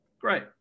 great